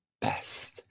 best